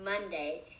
Monday